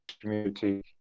community